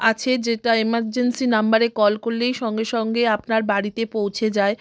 আছে যেটা এমার্জেন্সি নাম্বারে কল করলেই সঙ্গে সঙ্গে আপনার বাড়িতে পৌঁছে যায়